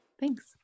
Thanks